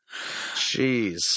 Jeez